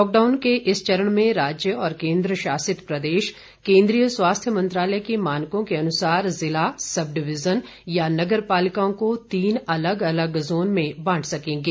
lockdown के इस चरण में राज्य और केन्द्र शासित प्रदेश केंद्रीय स्वास्थ्य मंत्रालय के मानकों के अनुसार जिला सब डिवीजन या नगर पालिकाओं को तीन अलग अलग जोन में बांट सकेंगे